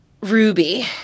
Ruby